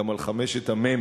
גם על חמשת המ"מים,